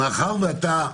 מאחר שאתה,